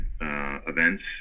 events